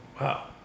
wow